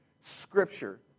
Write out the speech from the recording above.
Scripture